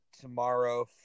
tomorrow